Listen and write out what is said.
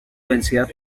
densidad